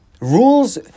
rules